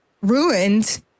ruined